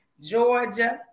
Georgia